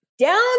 down